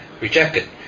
rejected